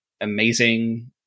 amazing